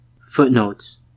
Footnotes